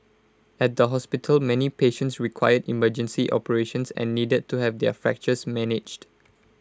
at the hospital many patients required emergency operations and needed to have their fractures managed